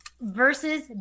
versus